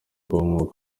umwuga